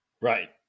Right